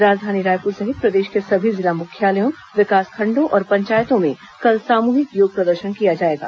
राजधानी रायपुर सहित प्रदेश के सभी जिला मुख्यालयों विकासखंडों और पंचायतों में कल सामूहिक योग प्रदर्शन किया जाएगा